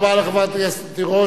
תודה רבה לחברת הכנסת תירוש,